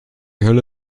hölle